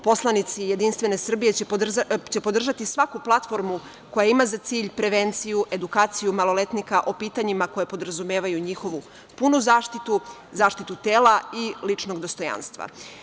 Poslanici Jedinstvene Srbije će podržati svaku platformu koja ima za cilj prevenciju, edukaciju maloletnika o pitanjima koja podrazumevaju njihovu punu zaštitu, zaštitu tela i ličnog dostojanstva.